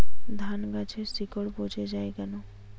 ধানগাছের শিকড় পচে য়ায় কেন?